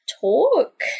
talk